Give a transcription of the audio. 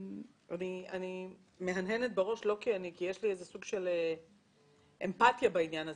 אני מהנהנת בראש כי יש לי איזה סוג של אמפתיה בעניין הזה.